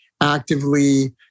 actively